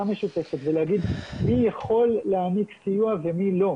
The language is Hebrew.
משותפת ולהגיד מי יכול להעניק סיוע ומי לא.